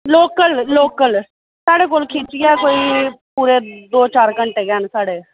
local local साढ़े कोल खिच्चियै कोई पूरे दो चार घैंटे गै न साढ़े